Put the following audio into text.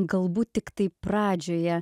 galbūt tiktai pradžioje